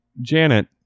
Janet